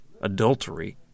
adultery